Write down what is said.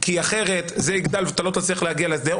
כי אחרת זה יגדל ואתה לא תצליח להגיע להסדר,